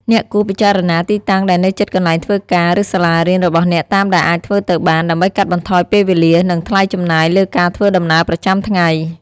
អ្នកគួរពិចារណាទីតាំងដែលនៅជិតកន្លែងធ្វើការ ឬសាលារៀនរបស់អ្នកតាមដែលអាចធ្វើទៅបាន ដើម្បីកាត់បន្ថយពេលវេលា និងថ្លៃចំណាយលើការធ្វើដំណើរប្រចាំថ្ងៃ។